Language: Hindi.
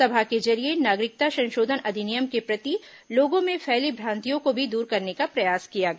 सभा के जरिये नागरिकता संशोधन अधिनियम के प्रति लोगों में फैली भ्रांतियों को भी दूर करने का प्रयास किया गया